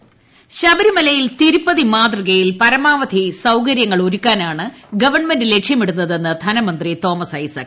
ശബരിമല ശബരിമലയിൽ തിരുപ്പതി മാതൃകയിൽ പരമാവധി സൌകര്യ ങ്ങൾ ഒരുക്കാനാണ് ഗവണ്മെന്റ് ലക്ഷ്യമിടുന്നതെന്ന് ധനമന്ത്രി തോമസ് ഐസക്